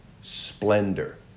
splendor